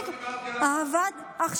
לא דיברתי על אהבת חינם.